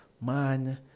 man